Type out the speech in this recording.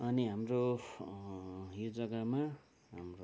अनि हाम्रो यो जग्गामा हाम्रो